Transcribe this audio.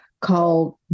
called